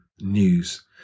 news